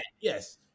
yes